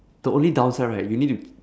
the only downside right you need to